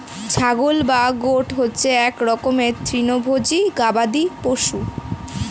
ছাগল বা গোট হচ্ছে এক রকমের তৃণভোজী গবাদি পশু